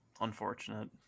Unfortunate